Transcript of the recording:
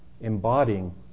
embodying